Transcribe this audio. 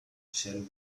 shell